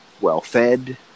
well-fed